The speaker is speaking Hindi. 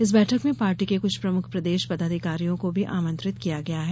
इस बैठक में पार्टी के क्छ प्रमुख प्रदेश पदाधिकारियों को भी आमंत्रित किया गया है